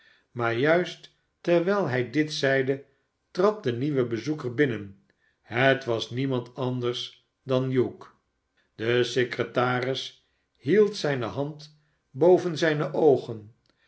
maar juist terwijl hij dit zeide trad de meuwe bezoeker binnen het was niemand anders dan hugh de secretaris hield zijne hand boven zijne oogen